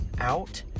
out